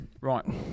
right